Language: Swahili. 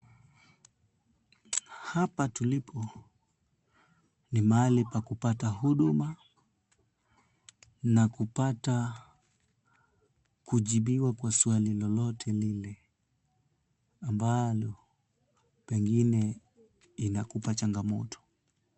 Hapa tulipo ni mahali pa kupata huduma na kupata kujibiwa kwa swali lolote lile, ambalo pengine inakupa changamoto.